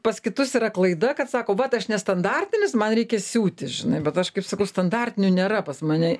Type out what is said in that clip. pas kitus yra klaida kad sako vat aš nestandartinis man reikia siūti žinai bet aš kaip sakau standartinių nėra pas mane